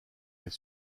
est